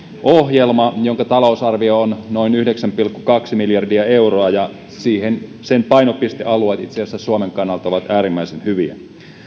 ohjelma jonka talousarvio on noin yhdeksän pilkku kaksi miljardia euroa ja sen painopiste alueet itse asiassa suomen kannalta ovat äärimmäisen hyviä